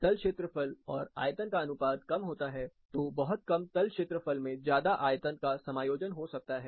तल क्षेत्रफल और आयतन का अनुपात कम होता है तो बहुत कम तल क्षेत्रफल में ज्यादा आयतन का समायोजन हो सकता है